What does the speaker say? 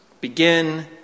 begin